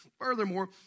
Furthermore